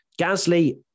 Gasly